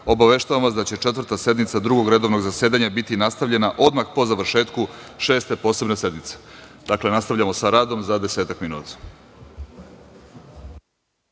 obaveštavam vas da će Četvrta sednica Drugog redovnog zasedanja biti nastavljena odmah po završetku Šeste posebne sednice. Dakle, nastavljamo sa radom za desetak minuta.